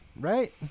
right